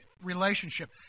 Relationship